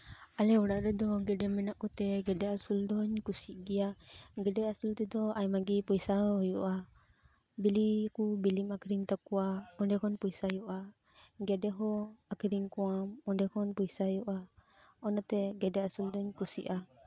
ᱟᱞᱮ ᱚᱲᱟᱜ ᱨᱮᱫᱚ ᱜᱮᱰᱮ ᱢᱮᱱᱟᱜ ᱠᱚᱛᱮ ᱜᱮᱰᱮ ᱟᱹᱥᱩᱞ ᱫᱚᱧ ᱠᱩᱥᱤᱜ ᱜᱮᱭᱟ ᱜᱮᱰᱮ ᱟᱹᱥᱩᱞ ᱛᱮᱫᱚ ᱟᱭᱢᱟᱜᱮ ᱯᱚᱭᱥᱟᱦᱚᱸ ᱦᱩᱭᱩᱜᱼᱟ ᱵᱤᱞᱤᱭ ᱟᱠᱚ ᱵᱤᱞᱤᱢ ᱟᱹᱠᱷᱨᱤᱧ ᱛᱟᱠᱚᱣᱟ ᱚᱸᱰᱮᱠᱷᱚᱱ ᱯᱚᱭᱥᱟ ᱦᱩᱭᱩᱜᱼᱟ ᱜᱮᱰᱮᱦᱚ ᱟᱹᱠᱷᱨᱤᱧ ᱠᱚᱣᱟᱢ ᱚᱸᱰᱮᱠᱷᱚᱱ ᱯᱚᱭᱥᱟ ᱦᱩᱭᱩᱜᱼᱟ ᱚᱱᱟᱛᱮ ᱜᱮᱰᱮ ᱟᱹᱥᱩᱞ ᱫᱚᱧ ᱠᱩᱥᱤᱭᱟᱜᱼᱟ